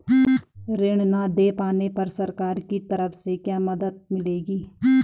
ऋण न दें पाने पर सरकार की तरफ से क्या मदद मिलेगी?